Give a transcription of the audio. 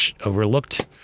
overlooked